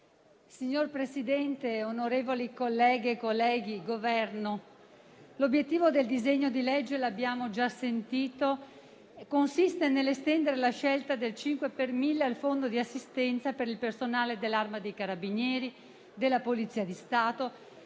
Signor Presidente, onorevoli colleghe e colleghi, l'obiettivo del disegno di legge, come abbiamo già sentito, consiste nell'estendere la scelta del 5 per mille al fondo di assistenza per il personale dell'Arma dei carabinieri, della Polizia di Stato,